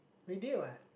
we did what